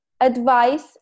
advice